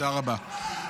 תודה רבה.